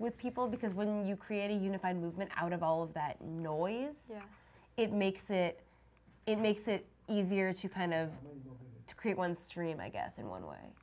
with people because when you create a unified movement out of all of that noise yes it makes it it makes it easier to kind of create one stream i guess in one way